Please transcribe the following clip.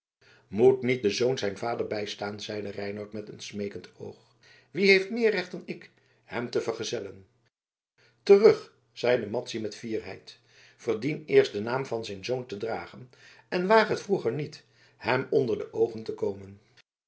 moet niet de zoon zijn vader bijstaan zeide reinout met een smeekend oog wie heeft meer recht dan ik hem te vergezellen terug zeide madzy met fierheid verdien eerst den naam van zijn zoon te dragen en waag het vroeger niet hem onder de oogen te komen